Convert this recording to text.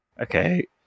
Okay